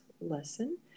lesson